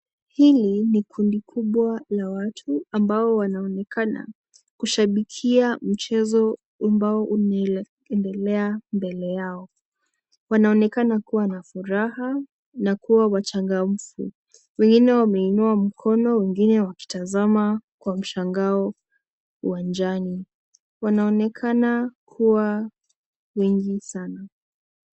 Hili ni kundi kubwa la watu ambao wanaonekana kushabikia mchezo ambao unaendelea mbele yao . Wanaonekana kuwa na furaha na kuwa wachangamfu . Wengine wameinua mkono wengine wakitazama kwa mshangao uwanjani . Wanaonekana kuwa wengi sana .